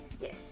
Yes